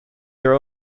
their